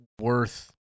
worth